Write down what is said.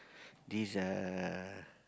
this uh